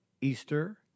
Easter